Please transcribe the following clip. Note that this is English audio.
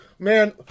Man